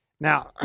Now